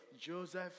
Joseph